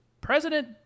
president